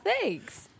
thanks